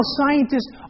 scientists